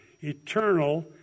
eternal